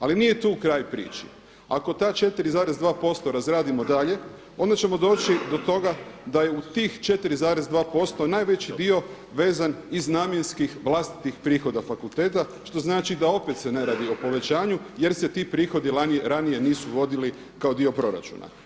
Ali nije tu kraj priči, ako ta 4,2% razradimo dalje onda ćemo doći do toga da je u tih 4,2% najveći dio vezan iz namjenskih vlastitih prihoda fakulteta što znači da opet se ne radi o povećanju jer se ti prihodi ranije nisu vodili kao dio proračuna.